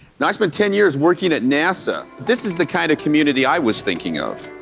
now i spent ten years working at nasa. this is the kind of community i was thinking of.